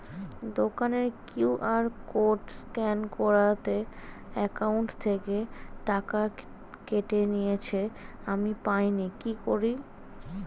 দোকানের QR code scan করাতে account থেকে টাকা কেটে নিয়েছে, আমি পাইনি কি করি?